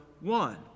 one